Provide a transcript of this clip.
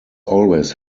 always